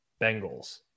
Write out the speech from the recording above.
Bengals